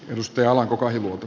ennuste alanko kahiluoto